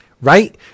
Right